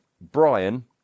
Brian